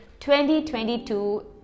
2022